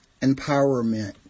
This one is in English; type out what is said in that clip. Empowerment